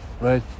right